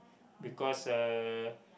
because uh